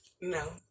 No